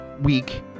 week